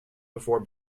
before